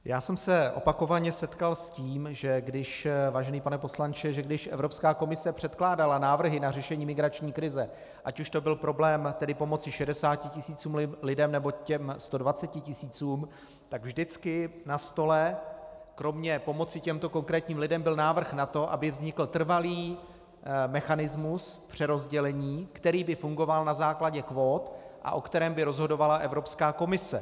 Já jsem se opakovaně setkal s tím, vážený pane poslanče, že když Evropská komise předkládala návrhy na řešení migrační krize, ať už to byl problém pomoci 60 tisícům lidí, nebo 120 tisícům, tak vždycky na stole kromě pomoci těmto konkrétním lidem byl návrh na to, aby vznikl trvalý mechanismus přerozdělení, který by fungoval na základě kvót a o kterém by rozhodovala Evropská komise.